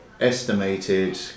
estimated